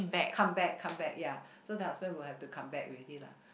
come back come back ya so the husband will have to come back with it lah